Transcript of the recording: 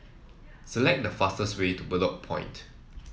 select the fastest way to Bedok Point